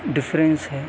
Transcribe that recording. difference ہے